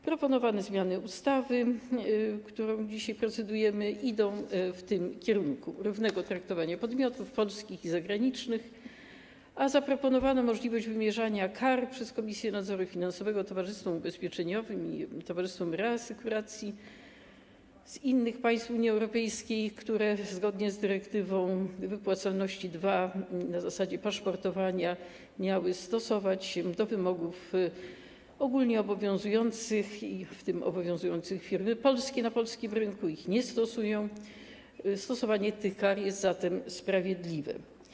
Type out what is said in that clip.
Proponowane zmiany ustawy, nad którą dzisiaj procedujemy, idą w tym kierunku - równego traktowania podmiotów polskich i zagranicznych, a zaproponowana możliwość wymierzania kar przez Komisję Nadzoru Finansowego towarzystwom ubezpieczeniowym i towarzystwom reasekuracji z innych państw Unii Europejskiej, które zgodnie z dyrektywą Wypłacalność II na zasadzie paszportowania miały stosować się do wymogów ogólnie obowiązujących, w tym obowiązujących firmy polskie, na polskim rynku, ale ich nie stosują, jest zatem sprawiedliwa.